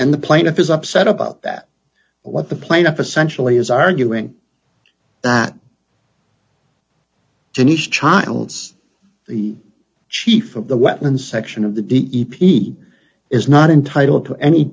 and the plaintiff is upset about that what the plaintiff essentially is arguing that denise childs the chief of the weapons section of the d e p t is not entitled to any